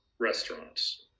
restaurants